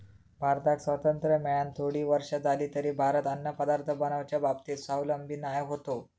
भारताक स्वातंत्र्य मेळान थोडी वर्षा जाली तरी भारत अन्नपदार्थ बनवच्या बाबतीत स्वावलंबी नाय होतो